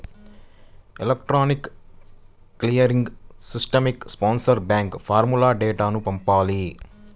electronic clearing సిస్టమ్కి sponsor bank ఫారమ్లో డేటాను పంపాలి